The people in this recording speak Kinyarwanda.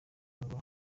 ngo